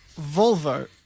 Volvo